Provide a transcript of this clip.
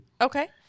Okay